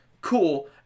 cool